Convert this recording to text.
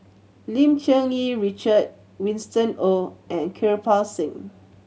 Lim Cherng Yih Richard Winston Oh and Kirpal Singh